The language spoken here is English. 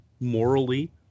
morally